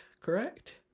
correct